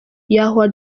yahya